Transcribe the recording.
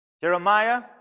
Jeremiah